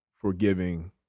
forgiving